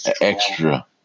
extra